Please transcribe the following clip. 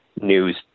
news